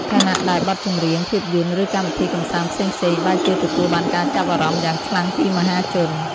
ខណៈដែលបទចម្រៀង ភាពយន្ត ឬកម្មវិធីកម្សាន្តផ្សេងៗ បែរជាទទួលបានការចាប់អារម្មណ៍យ៉ាងខ្លាំងពីមហាជន។